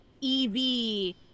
E-V